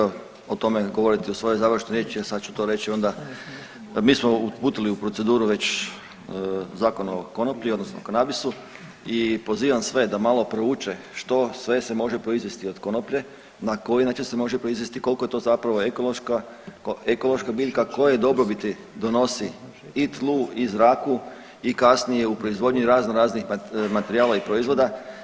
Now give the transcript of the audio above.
Kolegice, evo ja sam htio o tome govoriti u svojoj završnoj riječi, a sad ću to reći onda mi smo uputili u proceduru već Zakon o konoplji, odnosno kanabisu i pozivam sve da malo prouče što sve se može proizvesti od konoplje, na koji način se može proizvesti, koliko je to zapravo ekološka biljka, koje dobrobiti donosi i tlu i zraku i kasnije u proizvodnji razno raznih materijala i proizvoda.